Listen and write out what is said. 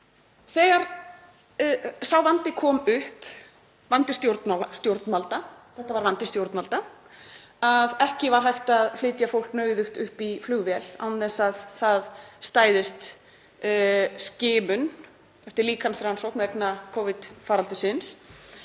Þegar sá vandi kom upp, vandi stjórnvalda, þetta var vandi stjórnvalda, að ekki var hægt að flytja fólk nauðugt upp í flugvél án þess að það stæðist skimun eftir líkamsrannsókn vegna Covid-faraldursins,